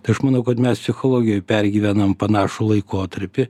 tai aš manau kad mes psichologijoj pergyvenam panašų laikotarpį